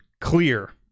Clear